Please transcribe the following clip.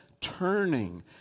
turning